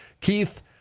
Keith